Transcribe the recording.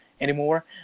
anymore